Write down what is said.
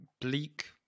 bleak